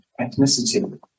ethnicity